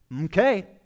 Okay